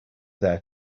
there